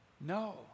No